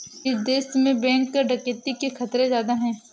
किस देश में बैंक डकैती के खतरे ज्यादा हैं?